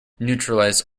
neutralize